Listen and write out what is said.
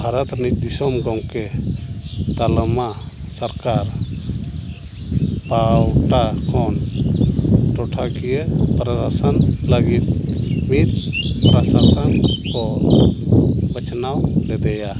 ᱵᱷᱟᱨᱚᱛ ᱨᱤᱱᱤᱡ ᱫᱤᱥᱚᱢ ᱜᱚᱢᱠᱮ ᱛᱟᱞᱢᱟ ᱥᱚᱨᱠᱟᱨ ᱯᱟᱦᱴᱟ ᱠᱷᱚᱱ ᱴᱚᱴᱷᱟᱠᱤᱭᱟᱹ ᱯᱨᱚᱥᱟᱥᱚᱱ ᱞᱟᱹᱜᱤᱫ ᱢᱤᱫ ᱯᱨᱚᱥᱟᱥᱚᱱ ᱠᱚ ᱵᱟᱪᱷᱱᱟᱣ ᱞᱮᱫᱮᱭᱟ